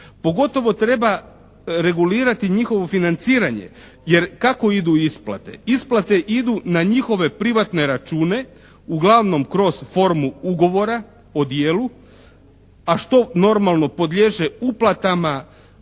Pogotovo treba regulirati njihovo financiranje jer kako idu isplate? Isplate idu na njihove privatne račune uglavnom kroz formu ugovora o dijelu, a što normalno podliježe uplatama